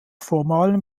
formalen